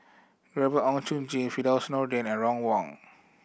Gabriel Oon Chong Jin Firdaus Nordin and Ron Wong